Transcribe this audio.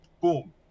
Boom